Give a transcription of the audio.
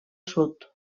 sud